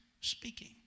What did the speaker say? speaking